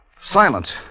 Silent